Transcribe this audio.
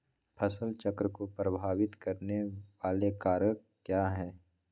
फसल चक्र को प्रभावित करने वाले कारक क्या है?